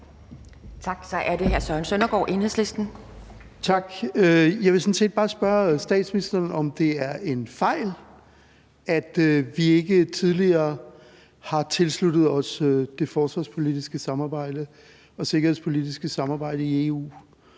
Kl. 10:11 Søren Søndergaard (EL): Tak. Jeg vil sådan set bare spørge statsministeren, om det er en fejl, at vi ikke tidligere har tilsluttet os det forsvarspolitiske samarbejde og sikkerhedspolitiske samarbejde i EU